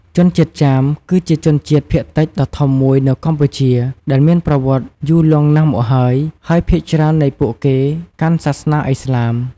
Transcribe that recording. ជនជាតិចាមគឺជាជនជាតិភាគតិចដ៏ធំមួយនៅកម្ពុជាដែលមានប្រវត្តិយូរលង់ណាស់មកហើយ ហើយភាគច្រើននៃពួកគេកាន់សាសនាឥស្លាម។